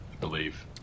believe